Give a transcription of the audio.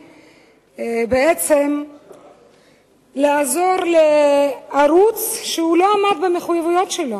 בעצם לעזור לערוץ שלא עמד במחויבויות שלו.